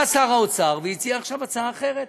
בא שר האוצר והציע עכשיו הצעה אחרת,